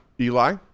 eli